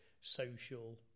social